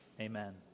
Amen